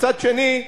מצד שני,